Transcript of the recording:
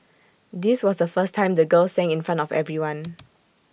this was the first time the girl sang in front of everyone